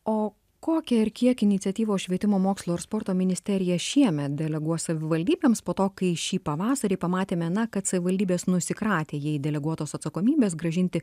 o kokią ir kiek iniciatyvos švietimo mokslo ir sporto ministerija šiemet deleguos savivaldybėms po to kai šį pavasarį pamatėme na kad savivaldybės nusikratė jai deleguotos atsakomybės grąžinti